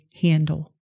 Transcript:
handle